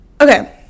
Okay